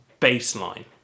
baseline